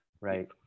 right